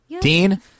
Dean